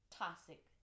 toxic